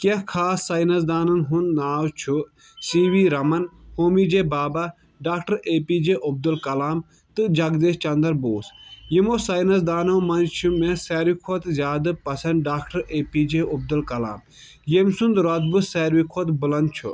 کیٚنٛہہ خاص سیانَسدانن ہُنٛد ناو چھُ C V Raman Homi J Bhabha doctor A P J Abdul Kalam تہٕ جگدیش چندر بوس یِمو ساینسدانو منٛز چھُ مےٚ ساروٕے کھۄتہٕ زیادٕ پسنٛد doctor A P J Abdul Kalam ییٚمہِ سُنٛد رۄتبہٕ سارۍوٕے کھۄتہٕ بُلنٛد چھُ